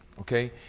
okay